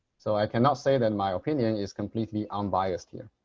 so i cannot say that my opinion is completely unbiased here.